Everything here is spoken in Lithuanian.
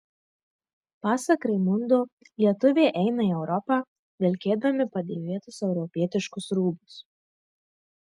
pasak raimundo lietuviai eina į europą vilkėdami padėvėtus europietiškus rūbus